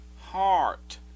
heart